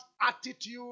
attitude